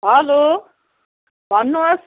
hello भन्नुहोस्